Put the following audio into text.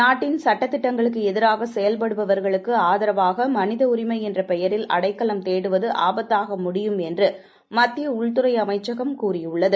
நாட்டின் சட்டதிட்டங்களுக்கு எதிராக செயவ்படுபவர்களுக்கு ஆதரவாக மனித உரிமை என்ற பெயரில் அடைக்கலம் தேடுவது ஆபத்தாக முடியும் என்று மத்திய உள்துறை அமைச்சகம் கூறியுள்ளது